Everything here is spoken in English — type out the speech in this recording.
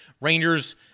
Rangers